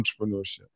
entrepreneurship